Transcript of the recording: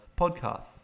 podcasts